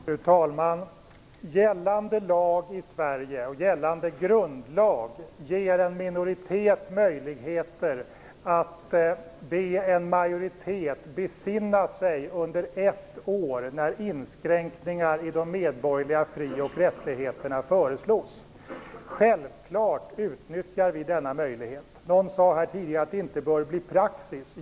Fru talman! Gällande grundlag i Sverige ger en minoritet möjlighet att be en majoritet besinna sig under ett år, när inskränkningar i de medborgerliga fri och rättigheterna föreslås. Självklart utnyttjar vi denna möjlighet. Någon sade här tidigare att det inte bör bli praxis.